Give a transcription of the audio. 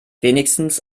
wenigstens